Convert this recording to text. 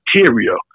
material